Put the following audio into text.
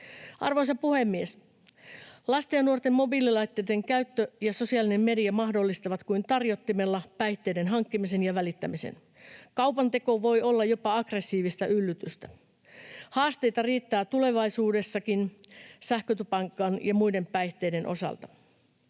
Arvoisa puhemies! Lasten ja nuorten mobiililaitteitten käyttö ja sosiaalinen media mahdollistavat kuin tarjottimella päihteiden hankkimisen ja välittämisen. Kaupanteko voi olla jopa aggressiivista yllytystä. Haasteita riittää tulevaisuudessakin sähkötupakan ja muiden päihteiden osalta.